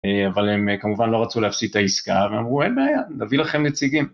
אבל הם כמובן לא רצו להפסיד את העסקה והם אמרו, אין בעיה, נביא לכם נציגים.